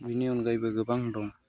बिनि अनगायैबो गोबां दं